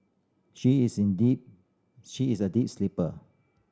she is in deep she is a deep sleeper